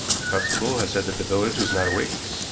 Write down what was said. the constable had said that the village was not awake.